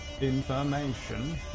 information